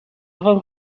feel